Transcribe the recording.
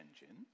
engine